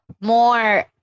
more